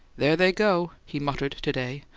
there they go! he muttered to-day,